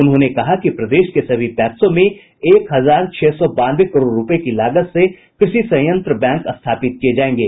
उन्होंने कहा कि प्रदेश के सभी पैक्सों में एक हजार छह सौ बानवे करोड रूपये की लागत से कृषि संयंत्र बैंक स्थापित किये जायेंगे